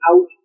out